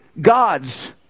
God's